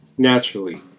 Naturally